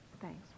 thanks